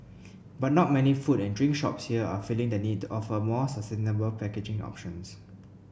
but not many food and drink shops here are feeling the need to offer more sustainable packaging options